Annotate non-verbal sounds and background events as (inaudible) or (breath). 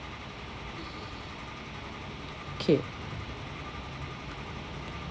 (breath) K